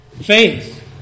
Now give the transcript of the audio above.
faith